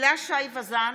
הילה שי וזאן,